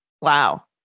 Wow